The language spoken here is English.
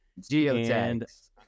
Geotag